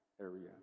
area